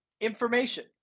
information